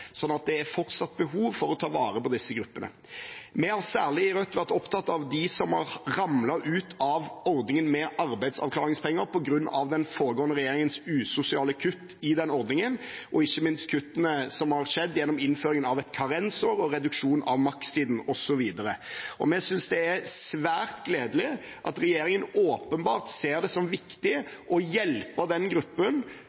er fortsatt behov for å ta vare på disse gruppene. Vi i Rødt har særlig vært opptatt av dem som har ramlet ut av ordningen med arbeidsavklaringspenger på grunn av den forrige regjeringens usosiale kutt i den ordningen, ikke minst kuttene som har skjedd gjennom innføringen av et karensår og reduksjon av makstiden osv. Og vi synes det er svært gledelig at regjeringen åpenbart ser det som